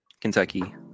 Kentucky